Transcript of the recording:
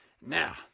Now